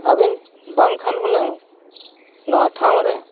ᱟᱹᱵᱤᱱ ᱵᱟᱝᱠᱷᱟᱱ ᱦᱩᱱᱟᱹᱝ ᱱᱚᱣᱟ ᱴᱷᱟᱶ ᱨᱮ